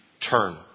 turn